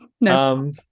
No